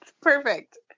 perfect